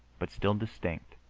but still distinct,